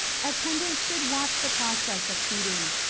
attendants should watch the process of feeding,